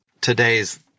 today's